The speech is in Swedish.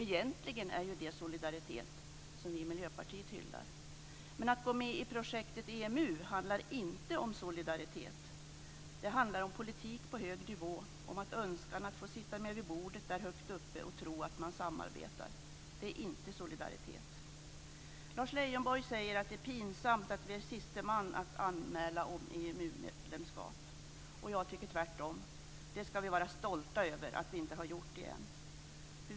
Egentligen är det solidaritet som vi i Miljöpartiet hyllar, men att gå med i projektet EMU handlar inte om solidaritet. Det handlar om politik på hög nivå, om önskan att få sitta med vid bordet högt där uppe och tro att man samarbetar. Det är inte solidaritet. Lars Leijonborg säger att det är pinsamt att vi är sist med att ansöka om EMU-medlemskap. Jag tycker tvärtom. Vi ska vara stolta över att vi inte har gjort det än.